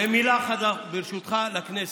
ומילה אחת, ברשותך, לכנסת: